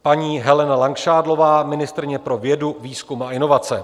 Paní Helena Langšádlová, ministryně pro vědu, výzkum a inovace.